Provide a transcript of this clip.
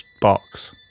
box